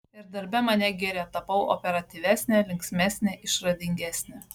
ir darbe mane giria tapau operatyvesnė linksmesnė išradingesnė